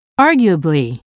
arguably